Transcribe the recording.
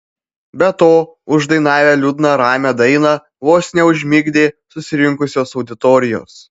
be to uždainavę liūdną ramią dainą vos neužmigdė susirinkusios auditorijos